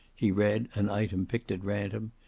he read an item picked at random,